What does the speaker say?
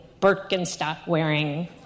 Birkenstock-wearing